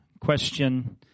question